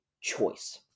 choice